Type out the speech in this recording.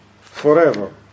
forever